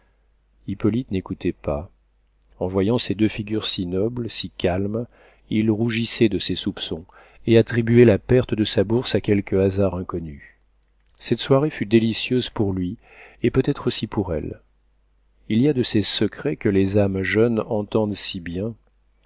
n'écoutait pas en voyant ces deux figures si nobles si calmes il rougissait de ses soupçons et attribuait la perte de sa bourse à quelque hasard inconnu cette soirée fut délicieuse pour lui et peut-être aussi pour elle il y a de ces secrets que les âmes jeunes entendent si bien